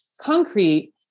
concrete